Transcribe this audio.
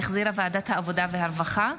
שהחזירה ועדת העבודה והרווחה,